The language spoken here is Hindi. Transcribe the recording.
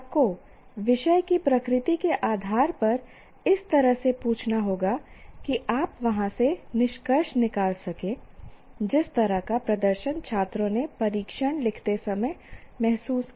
आपको विषय की प्रकृति के आधार पर इस तरह से पूछना होगा कि आप वहां से निष्कर्ष निकाल सकें जिस तरह का प्रदर्शन छात्रों ने परीक्षण लिखते समय महसूस किया